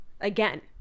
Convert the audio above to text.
again